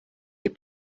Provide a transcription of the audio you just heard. your